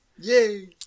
Yay